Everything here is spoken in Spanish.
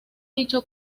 dicho